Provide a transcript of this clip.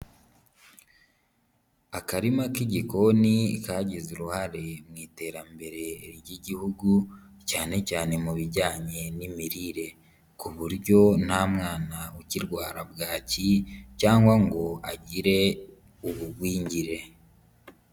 Akarima k'igikoni kagize uruhare mu iterambere ry'Igihugu, cyane cyane mu bijyanye n'imirire, ku buryo nta mwana ukirwara Bwaki cyangwa ngo agire ubugwingire.